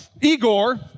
Igor